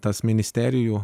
tas ministerijų